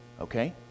okay